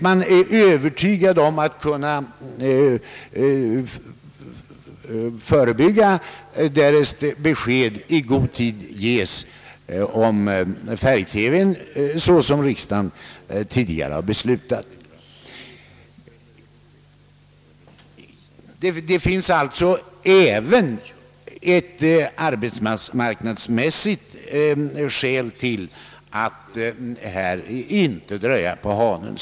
Man är övertygad om att sådana uppsägningar kan förhindras därest besked i god tid ges om införande av färg-TV i enlighet med riksdagens tidigare beslut. Det finns alltså även ett arbetsmarknadsmässigt skäl att i detta avseende inte vila på hanen.